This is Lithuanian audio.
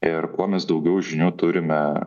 ir kuo mes daugiau žinių turime